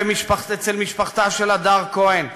אצל משפחתה של הדר כהן במוצאי-שבת,